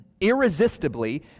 irresistibly